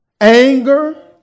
anger